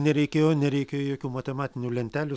nereikėjo nereikia jokių matematinių lentelių